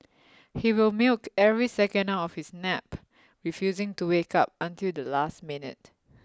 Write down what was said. he will milk every second out of his nap refusing to wake up until the last minute